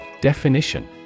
Definition